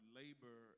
labor